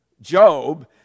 Job